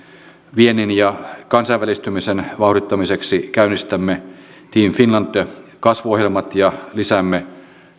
viennin ja kansainvälistymisen vauhdittamiseksi käynnistämme team finland kasvuohjelmat ja lisäämme